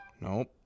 Nope